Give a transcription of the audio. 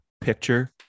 picture